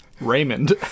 Raymond